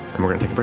and we're going to